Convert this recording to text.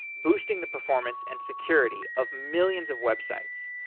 boosting the performance and security of millions of websites.